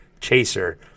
CHASER